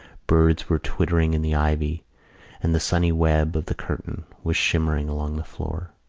birds were twittering in the ivy and the sunny web of the curtain was shimmering along the floor